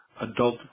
adult